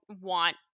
want